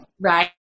Right